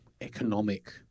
economic